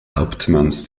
hauptmanns